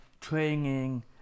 training